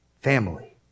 family